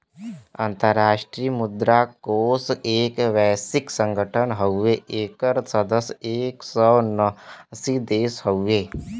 अंतराष्ट्रीय मुद्रा कोष एक वैश्विक संगठन हउवे एकर सदस्य एक सौ नवासी देश हउवे